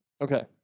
Okay